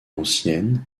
ancienne